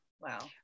Wow